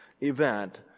event